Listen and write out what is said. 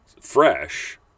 fresh